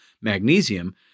magnesium